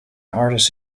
artists